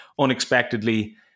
unexpectedly